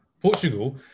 portugal